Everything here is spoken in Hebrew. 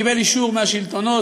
קיבל אישור מהשלטונות,